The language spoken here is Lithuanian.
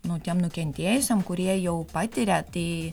nu tiem nukentėjusiem kurie jau patiria tai